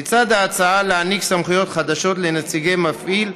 לצד ההצעה לתת סמכויות חדשות לנציגי מפעיל,